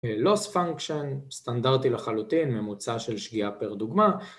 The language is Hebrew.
א... Loss function, סטנדרטי לחלוטין, ממוצע של שגיאה פר דוגמה,